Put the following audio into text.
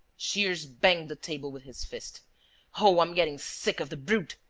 shears banged the table with his fist oh, i'm getting sick of the brute!